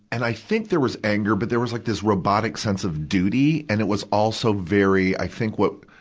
and i think there was anger, but there was like this robotic sense of duty. and it was also very, i think what,